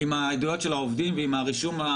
עם העדויות של העובדים ועם הרישום.